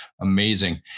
Amazing